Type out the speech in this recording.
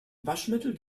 waschmittel